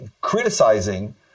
criticizing